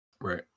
Right